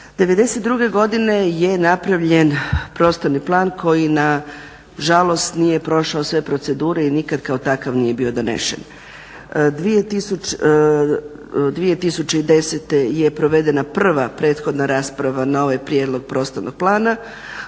'92. godine je napravljen prostorni plan koji nažalost nije prošao sve procedure i nikad kao takav nije bio donesen. 2010. je provedena prva prethodna rasprava na ovaj prijedlog prostornog plana.